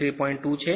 2 છે